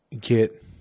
get